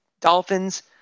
Dolphins